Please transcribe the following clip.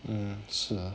um 是啊